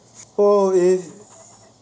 oh eh